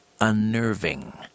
unnerving